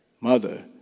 Mother